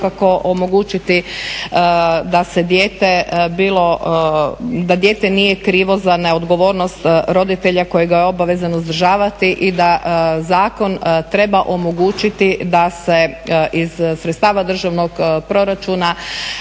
svakako omogućiti da dijete nije krivo za neodgovornost roditelja koji ga je obavezan uzdržavati i da zakon treba omogućiti da se iz sredstava državnog proračuna